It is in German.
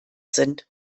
sind